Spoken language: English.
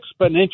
exponential